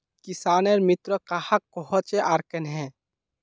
किसानेर मित्र कहाक कोहचे आर कन्हे?